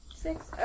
six